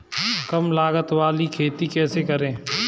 कम लागत वाली खेती कैसे करें?